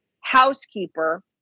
housekeeper